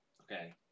Okay